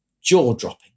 jaw-dropping